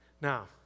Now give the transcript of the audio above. Now